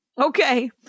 Okay